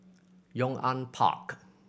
Yong An Park